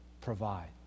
provide